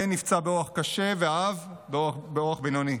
הבן נפצע באורח קשה והאב באורח בינוני.